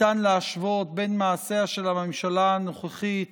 ניתן להשוות בין מעשיה של הממשלה הנוכחית